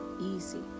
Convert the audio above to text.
easy